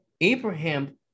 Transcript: Abraham